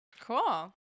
Cool